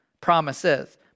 promises